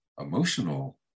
emotional